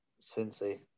Cincy